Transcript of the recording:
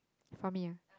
for me ah